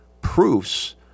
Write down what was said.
proofs